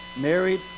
married